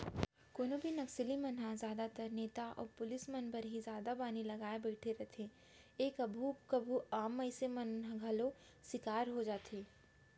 कोनो भी नक्सली मन ह जादातर नेता अउ पुलिस मन बर ही जादा बानी लगाय बइठे रहिथे ए कभू कभू आम मनसे मन ह घलौ सिकार होई जाथे